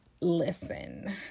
Listen